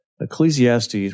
Ecclesiastes